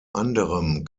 anderem